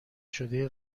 شده